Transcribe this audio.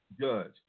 Judge